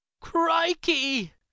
Crikey